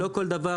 לא כל דבר